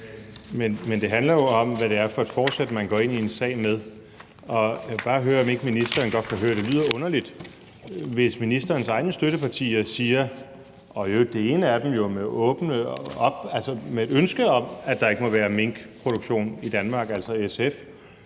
Men det handler jo om, hvad det er for et forsæt, man går ind i en sag med. Jeg vil bare høre, om ikke ministeren godt kan høre, at det lyder underligt, hvis ministerens egne støttepartier siger noget, og det ene – altså SF – i øvrigt åbent har et ønske om, at der ikke må være minkproduktion i Danmark, og